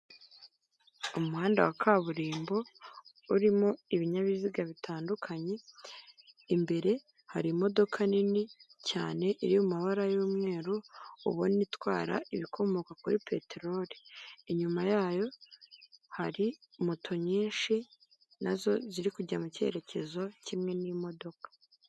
Umuhanda wa kaburimbo urimo ibinyabiziga bitandukanye imbere hari imodoka nini cyane iri mu mabara y'umweru ubona itwara ibikomoka kuri peteroli, inyuma yayo hari moto nyinshi nazo ziri kujya mu cyerekezo kimwe n'imodoka.